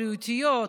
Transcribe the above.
הבריאותיות,